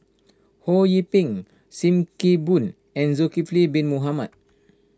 Ho Yee Ping Sim Kee Boon and Zulkifli Bin Mohamed